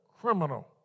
criminal